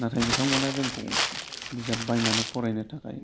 नाथाय बिथांमोना जोंखौ बिजाब बायनानै फरायनो थाखाय